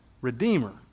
redeemer